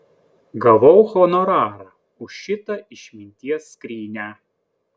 gavau honorarą už šitą išminties skrynią